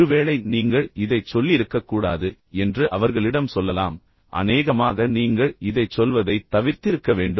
ஒருவேளை நீங்கள் இதைச் சொல்லியிருக்கக் கூடாது என்று அவர்களிடம் சொல்லலாம் எனவே இது அவரது கோபத்தைத் தூண்டியது அநேகமாக நீங்கள் இதைச் சொல்வதைத் தவிர்த்திருக்க வேண்டும்